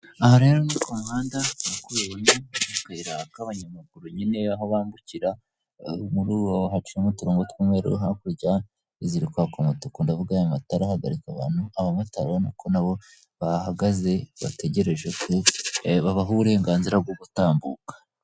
Aha rero ni k'umuhanda nk'uko ubibona n'akayira k'abanyamaguru aho bambukira hacimo uturongo tw'umweru hakurya iziri kwaka umutuku ndavuga ya matara ahagarika abantu abamotari urabona ko nabo bahagaze bategereje ko babaha uburenganzira bwo gutambuka.